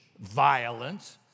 violence